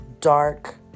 dark